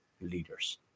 leaders